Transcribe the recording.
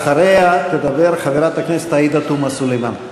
אחריה תדבר חברת הכנסת עאידה תומא סלימאן.